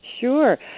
Sure